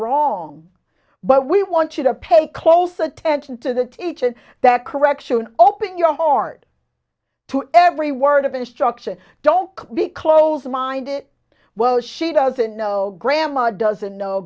wrong but we want you to pay close attention to the teaching that correction open your heart to every word of instruction don't be closed mind it well she doesn't know grandma doesn't know